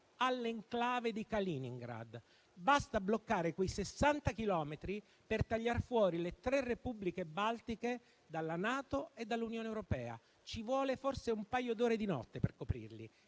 all'*enclave* di Kaliningrad. Ebbene, basta bloccare quei 60 chilometri per tagliar fuori le tre Repubbliche baltiche dalla NATO e dall'Unione europea. Ci vogliono forse un paio d'ore di notte per coprirli.